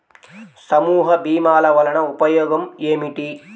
సమూహ భీమాల వలన ఉపయోగం ఏమిటీ?